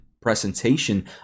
presentation